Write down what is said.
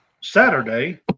Saturday